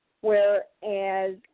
whereas